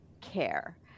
care